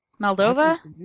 Moldova